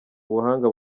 ubuhanga